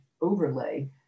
overlay